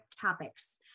topics